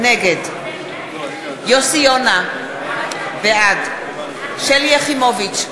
נגד יוסי יונה, בעד שלי יחימוביץ,